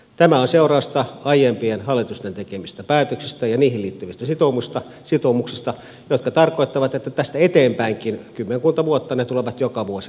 tämä on seurausta aiempien hallitusten tekemistä päätöksistä ja niihin liittyvistä sitoumuksista jotka tarkoittavat että tästä eteenpäinkin kymmenkunta vuotta ne tulevat joka vuosi nousemaan